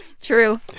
true